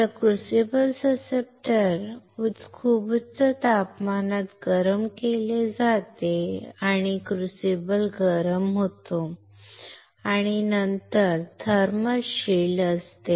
तर crucible susceptor खूप उच्च तापमानात गरम केले जाते आणि क्रूसिबल गरम होते आणि नंतर येथे थर्मल शील्ड असते